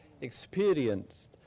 experienced